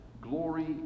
glory